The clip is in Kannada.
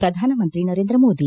ಪ್ರಧಾನಮಂತ್ರಿ ನರೇಂದ್ರಮೋದಿ